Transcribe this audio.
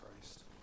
Christ